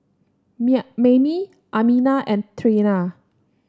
Mayme Amina and Trena